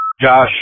Josh